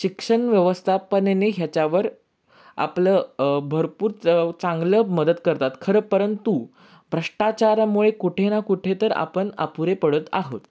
शिक्षणव्यवस्थापनेने ह्याच्यावर आपलं भरपूर च चांगलं मदत करतात खरं परंतु भ्रष्टाचारामुळे कुठे ना कुठे तर आपण अपुरे पडत आहोत